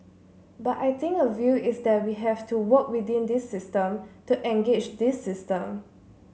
but I think a view is that we have to work within this system to engage this system